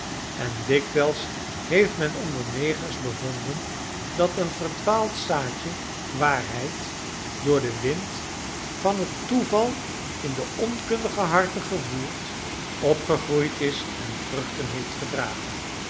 en dikwijls heeft men onder negers bevonden dat een verdwaald zaadje waarheid door den wind van het toeval in de onkundige harten gevoerd opgegroeid is en vruchten heeft gedragen